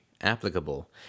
applicable